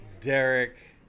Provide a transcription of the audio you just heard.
derek